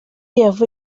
polisi